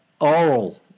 Oral